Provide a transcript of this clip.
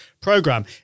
Program